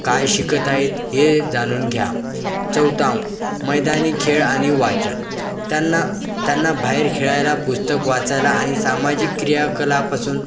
काय शिकत आहेत हे जाणून घ्या चौथं मैदानी खेळ आणि वाचन त्यांना त्यांना बाहेर खेळायला पुस्तक वाचायला आणि सामाजिक क्रियाकलापासून